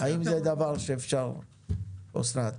האם זה דבר שאפשר, אסנת?